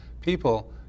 people